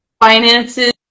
finances